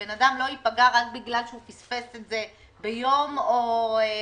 ושבן אדם לא ייפגע רק בגלל שהוא פספס את זה ביום או בחודש.